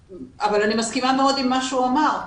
אבל אני מסכימה מאוד עם מה שהוא אמר,